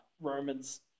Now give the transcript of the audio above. Romans